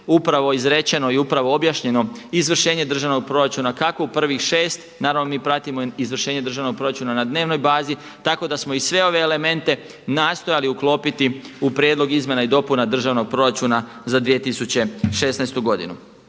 upravo izrečeno i upravo objašnjeno izvršenje državnog proračuna kako u prvih 6, naravno mi pratimo izvršenje državnog proračuna na dnevnoj bazi tako da smo i sve ove elemente nastojali uklopiti u prijedlog Izmjena i dopuna Državnog proračuna za 2016. godinu.